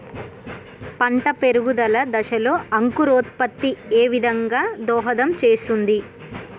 పంట పెరుగుదల దశలో అంకురోత్ఫత్తి ఏ విధంగా దోహదం చేస్తుంది?